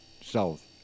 south